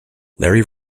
larry